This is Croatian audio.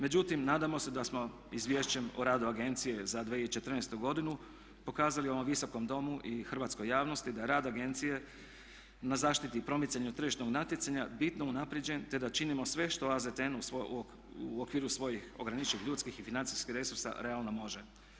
Međutim, nadamo se da smo Izvješćem o radu agencije za 2014. godinu pokazali ovom Visokom domu i hrvatskoj javnosti da rad agencije na zaštiti i promicanju tržišnog natjecanja bitno unaprjeđen te da činimo sve što AZTN u okviru svojih ograničenih ljudskih i financijskih resursa realno može.